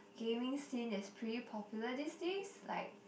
gaming scene is pretty popular these days like